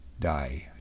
die